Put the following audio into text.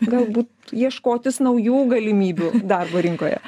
galbūt ieškotis naujų galimybių darbo rinkoje